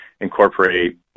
incorporate